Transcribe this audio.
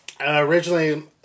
originally